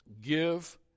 give